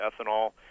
ethanol